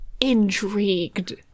intrigued